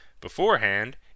beforehand